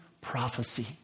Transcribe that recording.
prophecy